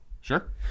Sure